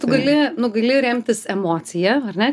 tu gali nu gali remtis emocija ar ne